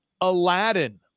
Aladdin